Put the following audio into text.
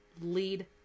lead